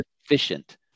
efficient